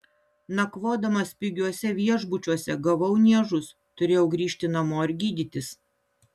nakvodamas pigiuose viešbučiuose gavau niežus turėjau grįžti namo ir gydytis